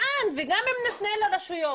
לאן, וגם אם נפנה לרשויות.